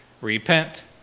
Repent